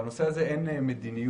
בנושא הזה אין מדיניות,